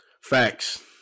Facts